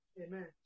Amen